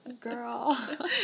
girl